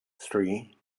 three